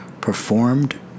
performed